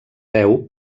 veu